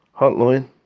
hotline